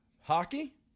hockey